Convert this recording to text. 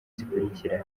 zikurikira